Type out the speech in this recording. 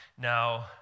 now